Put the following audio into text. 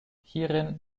hierin